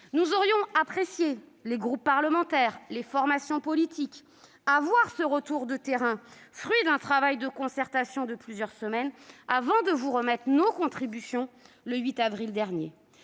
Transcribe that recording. le même jour. Les groupes parlementaires et les formations politiques auraient apprécié d'avoir ce retour du terrain, fruit d'un travail de concertation de plusieurs semaines, avant de vous remettre nos contributions le 8 avril dernier.